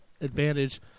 advantage